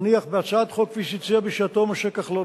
נניח בהצעת חוק כפי שציין בשעתו משה כחלון,